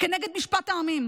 כנגד משפט העמים,